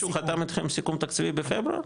כשהוא חתם איתכם סיכום תקציבי בפברואר?